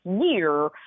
year